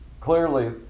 Clearly